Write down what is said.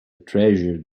treasure